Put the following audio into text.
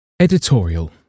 Editorial